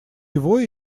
его